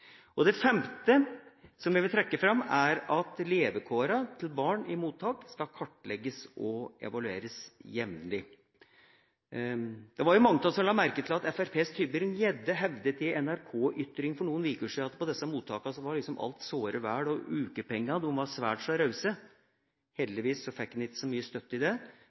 om. Det femte jeg vil trekke fram, er at levekårene til barn i mottak skal kartlegges og evalueres jevnlig. Det var jo mange av oss som la merke til at Fremskrittspartiets Christian Tybring-Gjedde hevdet i NRK Ytring for noen uker siden at på disse mottakene var liksom alt såre vel og ukepengene svært så rause. Heldigvis fikk han ikke så mye støtte på det.